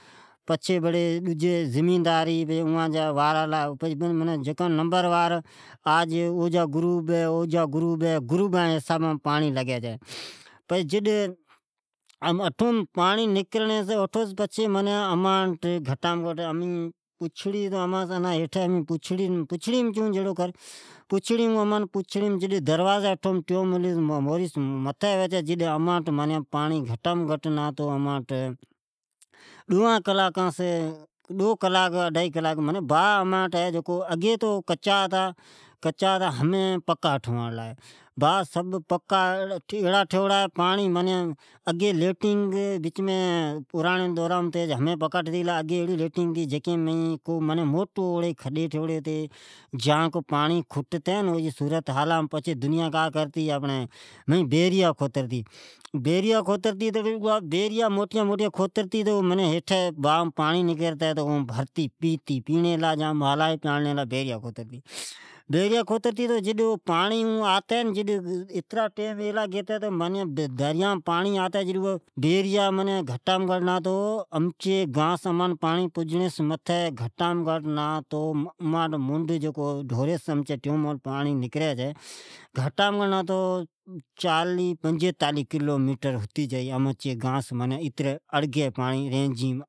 پچھے ڈجی زمیدار ھی، پچھی منا او جانمبر، اوان جا گروب ھی ، پچھے آج اوجا گوروب ھی آج اوجا گروب ھے، پچھے جڈ وارا لگی چھے تو امیکن پچھڑی مین ھون تو امن پانڑین بھے، اٹھوس پچھی ڈاراں، ڈوئاں کلاک سی پانڑی لگی چھے، باھ اگی کچا ھتا ھمین پکا ھتے گلا اگی منا بچما کھڈی ھتی، پانڑیا جی ایڑی لیٹینگ ھتے ، جکو اگھی منکھین کا کرتے تو باھ جی بچامین بیریا کھترتے کھوتری جد اومین پانڑی پیتے ،ایڑی صورتحالیم پچھے جکو بیریا کھتری پچھی ڈورا بیتی آوی پچھی اوا بھرجی، اولی کرتی پانڑیں دیر کرتی، امچے گان پانڑیں جکو ٹیومیل موریس نکری چھی اوں پجڑیں گھٹ میں گھٹ ٹھی چالی یا پنجیتالی کلو میٹر ھتی جائی امچی گانس رینجیم